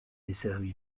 desservi